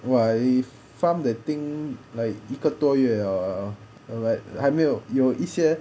why I farm that thing like 一个多月了 ah like 还没有有一些